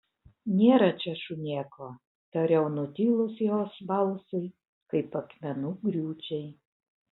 nėra čia šunėko tariau nutilus jos balsui kaip akmenų griūčiai